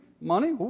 money